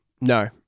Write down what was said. No